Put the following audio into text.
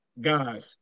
guys